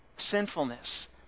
sinfulness